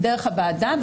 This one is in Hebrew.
דרך הוועדה.